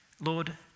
Lord